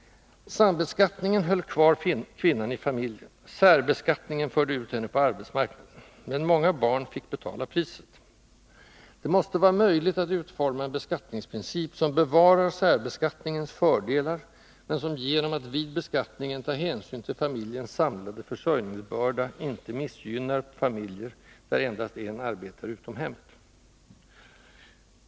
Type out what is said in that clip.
Sambeskattningen höll kvar kvinnan i familjen. Särbeskattningen förde ut henne på arbetsmarknaden. Men många barn fick betala priset. Det måste vara möjligt att utforma en beskattningsprincip som bevarar särbeskattningens fördelar, men som — genom att vid beskattningen ta hänsyn till familjens samlade försörjningsbörda — inte missgynnar familjer där endast en arbetar utom hemmet.